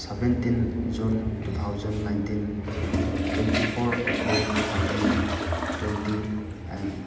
seventeen June two thousand nineteen twenty four April two thousand twenty and